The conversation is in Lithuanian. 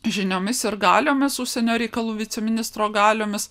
žiniomis ir galiomis užsienio reikalų viceministro galiomis